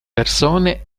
persone